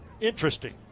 interesting